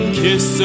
kiss